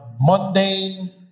mundane